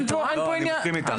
אני מסכים איתך.